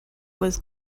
was